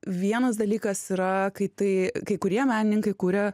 vienas dalykas yra kai tai kai kurie menininkai kuria